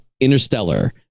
Interstellar